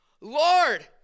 Lord